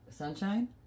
Sunshine